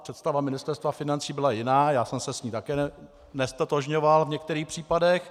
Představa Ministerstva financí byla jiná, já jsem se s ní také neztotožňoval v některých případech.